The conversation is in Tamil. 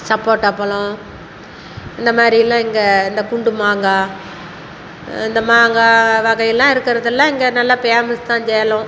சப்போட்டா பழம் இந்த மாதிரில்லாம் இங்கே இந்த குண்டு மாங்காய் இந்த மாங்காய் வகைலாம் இருக்கிறதெல்லாம் இங்கே நல்லா பேமஸ் தான் சேலம்